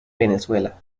venezuela